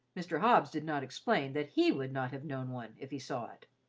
mr. hobbs did not explain that he would not have known one if he saw it.